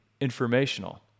informational